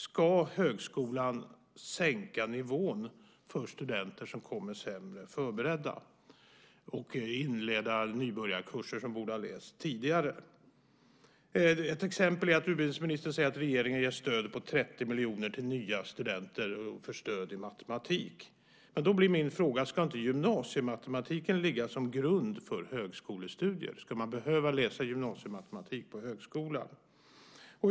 Ska högskolan sänka nivån för studenter som kommer sämre förberedda och inleda nybörjarkurser som borde ha lästs tidigare? Ett exempel är att utbildningsministern säger att regeringen ger 30 miljoner till nya studenter för stöd i matematik. Då blir min fråga: Ska inte gymnasiematematiken ligga som grund för högskolestudier? Ska man behöva läsa gymnasiematematik på högskolan?